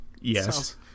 Yes